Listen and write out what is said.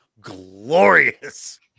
glorious